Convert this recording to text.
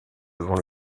devant